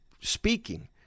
speaking